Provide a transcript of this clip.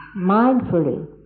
mindfully